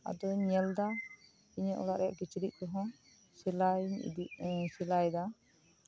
ᱟᱫᱚᱧ ᱧᱮᱞ ᱮᱫᱟ ᱤᱧᱟᱹᱜ ᱚᱲᱟᱜ ᱨᱮᱭᱟᱜ ᱠᱤᱪᱨᱤᱡ ᱠᱚᱦᱚᱸ ᱥᱮᱞᱟᱭ ᱤᱧ ᱥᱮᱞᱟᱭᱮᱫᱟ